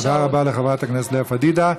תודה רבה לחברת הכנסת פדידה.